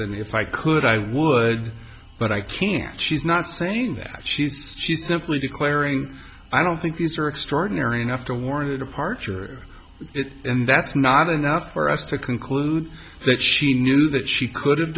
and if i could i would but i can't she's not saying that she's simply declaring i don't think these are extraordinary enough to warrant a departure it and that's not enough for us to conclude that she knew that she could